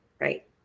right